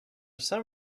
some